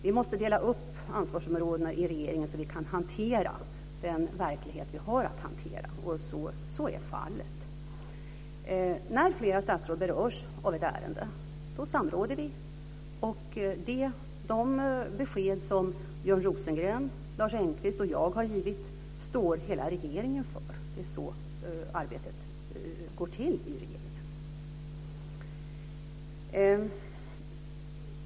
Vi måste dela upp ansvarsområdena i regeringen så att vi kan hantera den verklighet som vi har att hantera. Så är fallet. När flera statsråd berörs av ett ärende samråder vi. De besked som Björn Rosengren, Lars Engqvist och jag har givit står hela regeringen för. Det är så arbetet går till i regeringen.